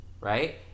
right